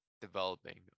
developing